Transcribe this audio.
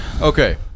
Okay